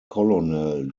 colonel